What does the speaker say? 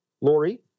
Lori